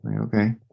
Okay